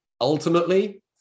ultimately